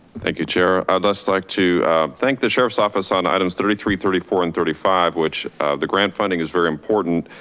thank you, chair. i'd just like to thank the sheriff's office on items thirty three, thirty four, and thirty five, which the grant funding is very important.